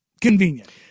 convenient